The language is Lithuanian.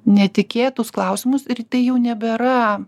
netikėtus klausimus ir tai jau nebėra